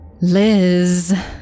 Liz